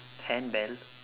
handbell